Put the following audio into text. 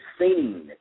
seen